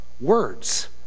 words